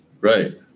Right